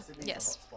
Yes